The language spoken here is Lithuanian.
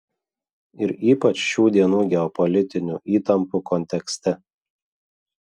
ir ypač šių dienų geopolitinių įtampų kontekste